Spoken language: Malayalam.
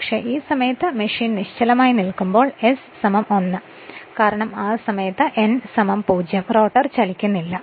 പക്ഷേ ആ സമയത്ത് മെഷീൻ നിശ്ചലമായി നിൽക്കുമ്പോൾ s 1 കാരണം ആ സമയത്ത് n 0 റോട്ടർ ചലിക്കുന്നില്ല